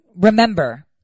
Remember